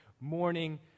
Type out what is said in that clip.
morning